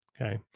okay